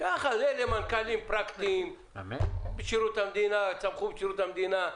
ככה זה מנכ"לים פרקטיים שצמחו בשירות המדינה,